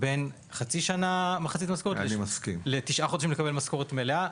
בין חצי שנה מחצית מן המשכורת לבין תשעה חודשים לקבל משכורת מלאה,